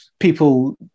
People